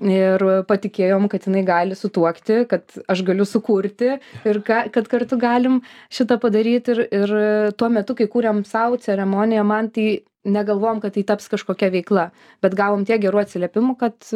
ir patikėjom kad jinai gali sutuokti kad aš galiu sukurti ir ką kad kartu galim šitą padaryt ir ir tuo metu kai kūrėm sau ceremoniją man tai negalvojom kad tai taps kažkokia veikla bet gavom tiek gerų atsiliepimų kad